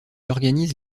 organise